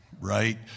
Right